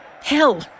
Hell